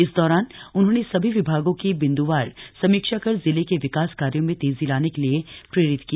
इस दौरान उन्होंने सभी विभागों की बिंद्वार समीक्षा कर ज़िले के विकास कार्यों में तेजी लाने के लिए प्रेरित किया